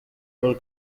paul